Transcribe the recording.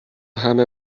همه